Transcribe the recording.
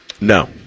No